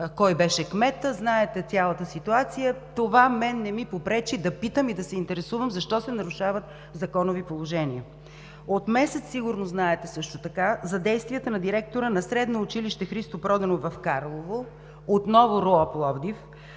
кой беше кметът, знаете цялата ситуация. Това мен не ми попречи да питам и да се интересувам защо се нарушават законови положения. От месец сигурно знаете също така за действията на директора на Средно училище „Христо Проданов“ в Карлово, отново РУО – Пловдив,